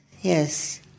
Yes